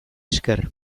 esker